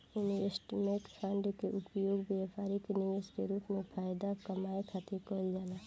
investment fund के उपयोग व्यापारी निवेश के रूप में फायदा कामये खातिर कईल जाला